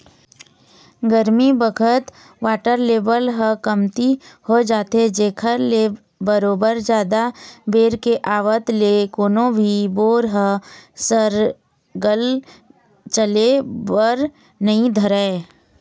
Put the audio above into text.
गरमी बखत water level ह कमती हो जाथे जेखर ले बरोबर जादा बेर के आवत ले कोनो भी बोर ह सरलग चले बर नइ धरय